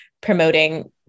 promoting